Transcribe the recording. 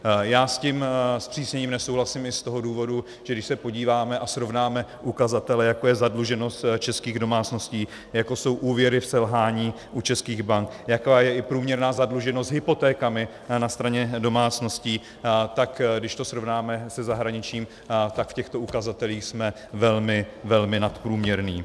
Já s tím zpřísněním nesouhlasím i z toho důvodu, že když se podíváme a srovnáme ukazatele, jako je zadluženost českých domácností, jako jsou úvěry v selhání u českých bank, jaká je průměrná zadluženost hypotékami na straně domácností, tak když to srovnáme se zahraničím, tak v těchto ukazatelích jsme velmi, velmi nadprůměrní.